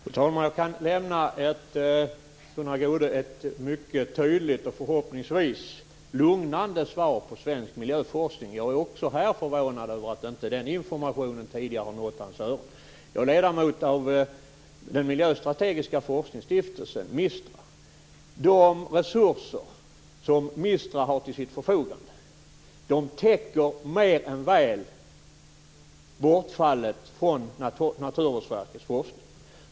Fru talman! Jag kan lämna Gunnar Goude ett mycket tydligt och förhoppningsvis lugnande svar på frågan om svensk miljöforskning. Jag är också här förvånad över att inte den informationen tidigare nått hans öron. Jag är ledamot av den miljöstrategiska forskningsstiftelsen, MISTRA. De resurser som MISTRA har till sitt förfogande täcker mer än väl bortfallet vad gäller Naturvårdsverkets forskning.